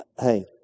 Hey